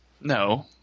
No